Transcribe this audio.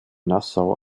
nassau